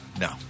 No